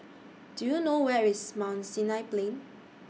Do YOU know Where IS Mount Sinai Plain